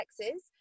Texas